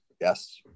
Yes